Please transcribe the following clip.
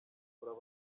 kuvura